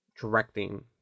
directing